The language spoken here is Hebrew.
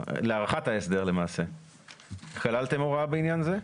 להארכת ההסדר, כללתם הוראה בעניין זה?